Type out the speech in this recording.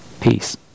Peace